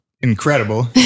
incredible